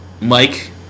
Mike